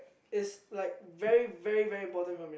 is like very very very important for me